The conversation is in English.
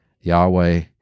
Yahweh